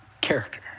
character